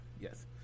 Yes